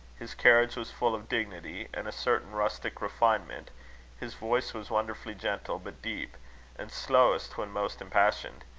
his carriage was full of dignity, and a certain rustic refinement his voice was wonderfully gentle, but deep and slowest when most impassioned.